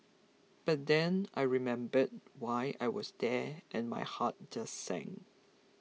but then I remembered why I was there and my heart just sank